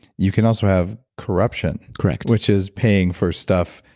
you can also have corruption corruption which is paying for stuff.